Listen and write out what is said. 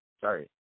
Sorry